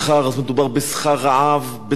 בתנאים קשים,